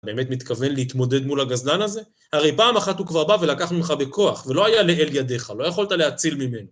באמת מתכוון להתמודד מול הגזלן הזה? הרי פעם אחת הוא כבר בא ולקח ממך בכוח, ולא היה לאל ידיך, לא יכולת להציל ממנו.